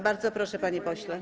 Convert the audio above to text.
Bardzo proszę, panie pośle.